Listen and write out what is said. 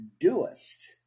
doest